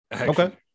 Okay